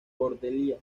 cordelia